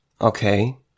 Okay